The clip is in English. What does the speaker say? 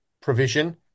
provision